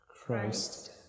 Christ